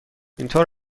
اینطور